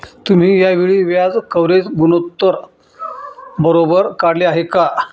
तुम्ही या वेळी व्याज कव्हरेज गुणोत्तर बरोबर काढले आहे का?